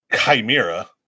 Chimera